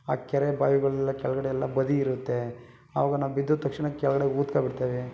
ಆ ಕೆರೆ ಬಾವಿಗಳೆಲ್ಲ ಕೆಳಗಡೆಯೆಲ್ಲ ಬದಿ ಇರತ್ತೆ ಅವಾಗ ನಾವು ಬಿದ್ದಿದ ತಕ್ಷಣ ಕೆಳಗಡೆ ಊದ್ಕೋ ಬಿಡ್ತವೆ